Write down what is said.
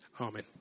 Amen